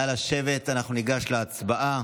נא לשבת, אנחנו ניגש להצבעה.